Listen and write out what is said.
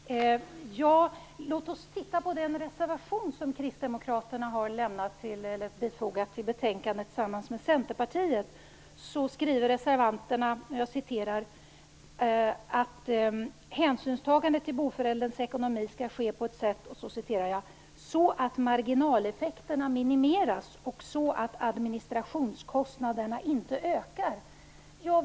Fru talman! Låt oss titta på den reservation som Kristdemokraterna tillsammans med Centerpartiet har fogat till betänkandet. Reservanterna skriver att hänsynstagandet till boförälderns ekonomi skall ske "så att marginaleffekter minimeras och så att administrationskostnaderna inte ökar".